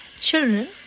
Children